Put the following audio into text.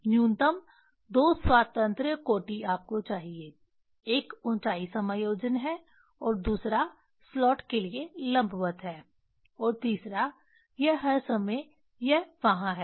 न्यूनतम दो स्वातंत्र्य कोटि आपको चाहिए एक ऊंचाई समायोजन है और दूसरा स्लॉट के लिए लंबवत है और तीसरा यह हर समय यह वहाँ है